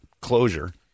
closure